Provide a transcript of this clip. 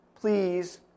please